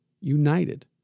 united